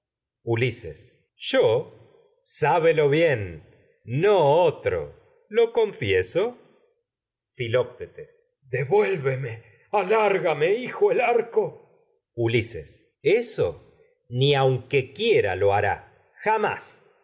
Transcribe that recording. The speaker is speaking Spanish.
ulises yo sábelo bien no otro lo confieso filoctetes devuélveme alárgame hijo aunque el arco ulises eso ni quiera lo hará jamás